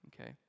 Okay